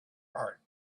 heart